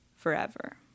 Forever